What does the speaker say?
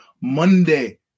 Monday